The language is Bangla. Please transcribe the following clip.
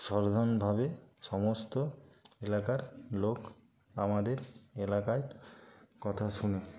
সাধারণভাবে সমস্ত এলাকার লোক আমাদের এলাকায় কথা শুনে